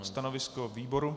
Stanovisko výboru?